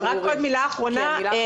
מילה אחרונה.